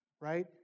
right